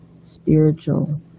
spiritual